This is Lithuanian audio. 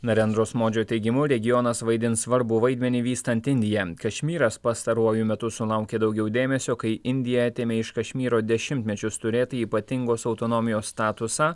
narendros modžio teigimu regionas vaidins svarbų vaidmenį vystant indiją kašmyras pastaruoju metu sulaukė daugiau dėmesio kai indija atėmė iš kašmyro dešimtmečius turėtą ypatingos autonomijos statusą